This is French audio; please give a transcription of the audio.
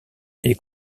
est